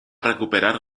recuperar